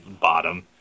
bottom